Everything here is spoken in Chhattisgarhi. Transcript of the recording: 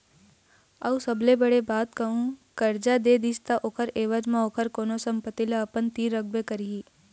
अऊ सबले बड़े बात कहूँ करजा दे दिस ता ओखर ऐवज म ओखर कोनो संपत्ति ल अपन तीर रखबे करही